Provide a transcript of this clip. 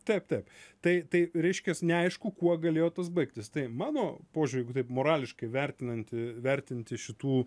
taip taip tai tai reiškias neaišku kuo galėjo tas baigtis tai mano požiūriu jeigu taip morališkai vertinant vertinti šitų